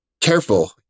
careful